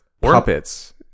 puppets